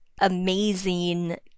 amazing